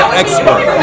expert